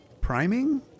priming